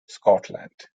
scotland